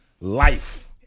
life